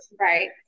Right